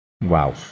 wow